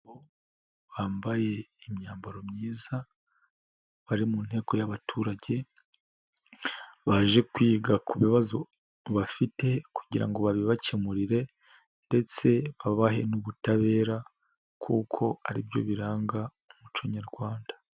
Bambaye imyambaro myiza. Bari mu nteko y'abaturage. Baje kwiga kubibazo bafite kugira ngo babibakemurire ndetse babahe n'ubutabera kuko ari byo biranga umuco nyarwanda.